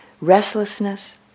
restlessness